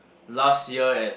last year at